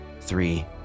three